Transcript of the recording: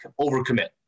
overcommit